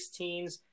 16s